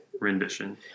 rendition